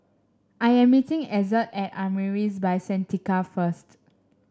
I am meeting Ezzard at Amaris By Santika first